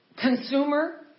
consumer